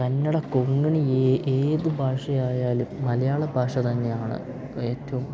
കന്നഡ കൊങ്ങിണി ഏത് ഏത് ഭാഷയായാലും മലയാള ഭാഷ തന്നെയാണ് ഏറ്റവും